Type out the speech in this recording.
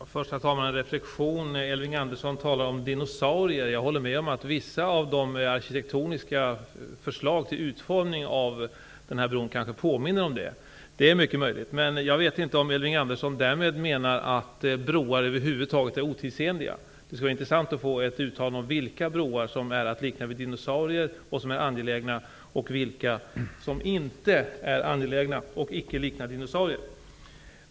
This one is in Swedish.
Herr talman! Först vill jag bara göra en reflexion. Elving Andersson talar nämligen om dinosaurier. Det är möjligt att vissa av de arkitektoniska förslagen till utformning av den här bron påminner om sådana. Jag vet dock inte om Elving Andersson därmed menar att broar över huvud taget är otidsenliga. Det skulle vara intressant att höra vilka broar som är att likna vid dinosaurier och som är angelägna och vilka broar som inte är angelägna och inte liknar dinosaurier.